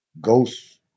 Ghost